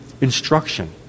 instruction